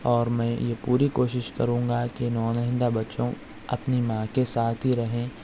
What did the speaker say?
اور میں یہ پوری کوشش کروں گا کہ نونہندہ بچوں اپنی ماں کے ساتھ ہی رہیں